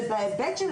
ובהיבט של